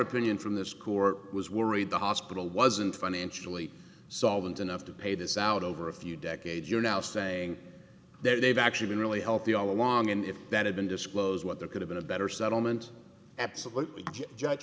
opinion from this court was worried the hospital wasn't financially solvent enough to pay this out over a few decades you're now saying they've actually really healthy all along and if that had been disclosed what there could have been a better settlement absolutely judge